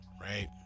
right